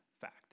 fact